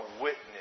witness